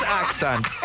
accent